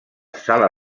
sala